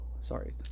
Sorry